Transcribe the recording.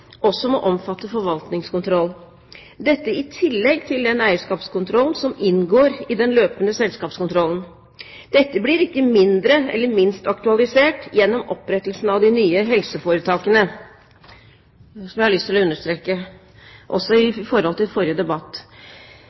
også måtte omfatte forvaltningskontroll, dette i tillegg til den eierskapskontrollen som inngår i den løpende selskapskontrollen. Dette blir ikke minst aktualisert gjennom opprettelsen av de nye helseforetakene, som jeg har lyst til å understreke også i forhold til forrige debatt.